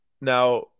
Now